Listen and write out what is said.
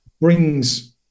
brings